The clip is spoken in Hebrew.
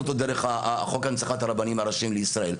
אותו דרך חוק הנצחת הרבנים הראשיים לישראל.